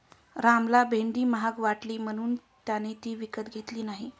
रामला भेंडी महाग वाटली म्हणून त्याने ती विकत घेतली नाही